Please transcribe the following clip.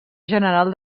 general